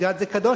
מסגד זה קדוש,